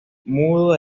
mudo